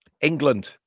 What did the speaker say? England